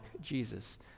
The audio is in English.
Jesus